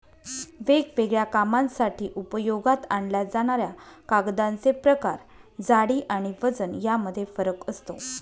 वेगवेगळ्या कामांसाठी उपयोगात आणल्या जाणाऱ्या कागदांचे प्रकार, जाडी आणि वजन यामध्ये फरक असतो